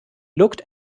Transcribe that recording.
looked